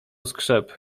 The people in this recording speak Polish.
skrzep